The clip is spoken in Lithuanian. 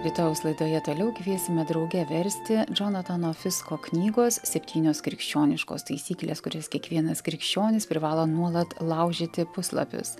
rytojaus laidoje toliau kviesime drauge versti džonatano fisko knygos septynios krikščioniškos taisyklės kurias kiekvienas krikščionis privalo nuolat laužyti puslapius